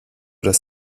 das